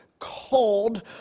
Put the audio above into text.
called